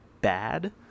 bad